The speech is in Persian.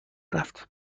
رفت